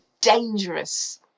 dangerous